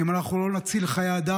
אם אנחנו לא נציל חיי אדם,